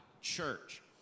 church